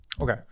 Okay